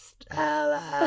Stella